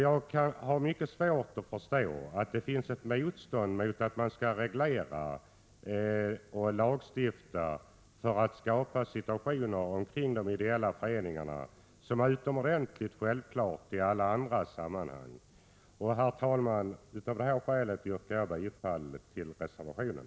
Jag har mycket svårt att förstå att det finns ett motstånd mot att reglera och lagstifta för att skapa sådana förhållanden vad det gäller de ideella föreningarna som är utomordentligt självklara i alla andra sammanhang. Herr talman! Av anförda skäl yrkar jag bifall till reservationen.